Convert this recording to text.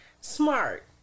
smart